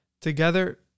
Together